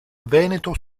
veneto